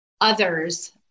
others